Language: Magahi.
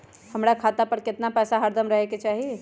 हमरा खाता पर केतना पैसा हरदम रहे के चाहि?